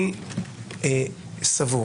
אני סבור